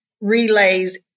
relays